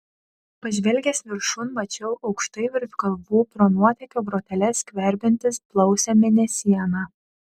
pažvelgęs viršun mačiau aukštai virš galvų pro nuotėkio groteles skverbiantis blausią mėnesieną